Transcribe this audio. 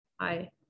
hi